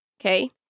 okay